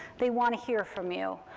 they want to hear from you.